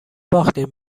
باختیم